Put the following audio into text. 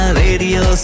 radio